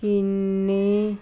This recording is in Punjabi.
ਕਿੰਨੇ